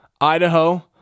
Idaho